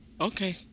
Okay